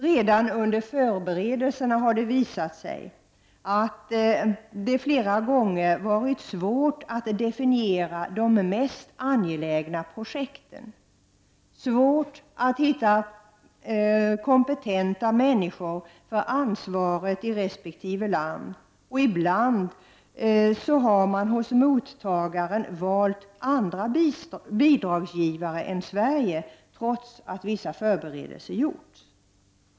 Redan under förberedelserna har det visat sig att det flera gånger varit svårt att definiera de mest angelägna projekten och svårt att hitta kompetenta människor för ansvaret i resp. land. Ibland har man hos mottagaren valt andra bidragsgivare än Sverige, trots att vissa förberedelser gjorts.